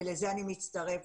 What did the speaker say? ולזה אני מצטרפת,